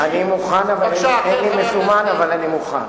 אני מוכן, אינני מזומן, אבל אני מוכן.